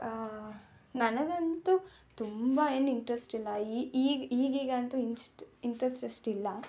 ನನಗಂತೂ ತುಂಬ ಏನು ಇಂಟ್ರೆಸ್ಟಿಲ್ಲ ಈ ಈಗ ಈಗೀಗಂತೂ ಇಂಟ್ರಸ್ಟ್ ಅಷ್ಟಿಲ್ಲ